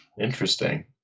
Interesting